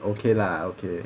okay lah okay